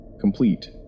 Complete